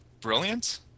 brilliant